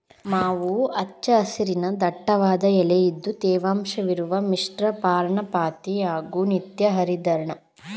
ಮಾವು ಹಚ್ಚ ಹಸಿರಿನ ದಟ್ಟವಾದ ಎಲೆಇದ್ದು ತೇವಾಂಶವಿರುವ ಮಿಶ್ರಪರ್ಣಪಾತಿ ಹಾಗೂ ನಿತ್ಯಹರಿದ್ವರ್ಣ ಕಾಡಲ್ಲಿ ಬೆಳೆತದೆ